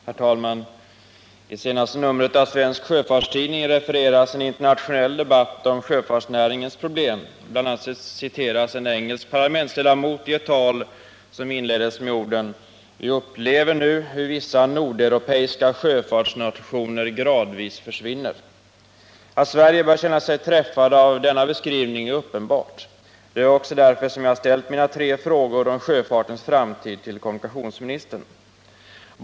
Herr talman! I senaste numret av Svensk Sjöfarts Tidning refereras en internationell debatt om sjöfartsnäringens problem. BI. a. citeras en engelsk parlamentsledamot i ett tal som inleddes med orden: ”Vi upplever nu hur vissa nordeuropeiska sjöfartsnationer gradvis försvinner.” Att Sverige bör känna sig träffat av denna beskrivning är uppenbart. Det är också därför som jag har ställt mina tre frågor om sjöfartens framtid till kommunikationsministern.